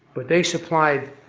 but they supplied